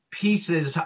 pieces